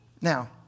Now